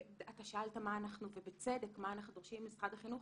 אתה שאלת ובצדק מה אנחנו דורשים ממשרד החינוך.